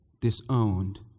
disowned